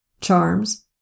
charms